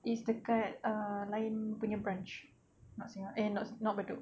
it's dekat ah lain punya branch eh not bedok